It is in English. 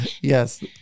Yes